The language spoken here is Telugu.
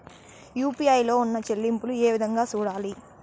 యు.పి.ఐ లో ఉన్న చెల్లింపులు ఏ విధంగా సూడాలి